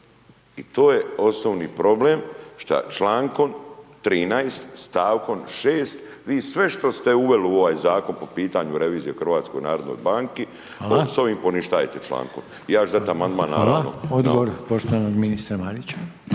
i to je osnovni problem šta člankom 13. stavkom 6. vi sve što ste uveli u ovaj zakon po pitanju po pitanju revizije u HNB-u s ovim poništavate člankom. Ja ću dat amandman